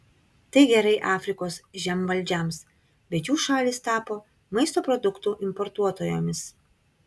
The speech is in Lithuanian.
tai gerai afrikos žemvaldžiams bet jų šalys tapo maisto produktų importuotojomis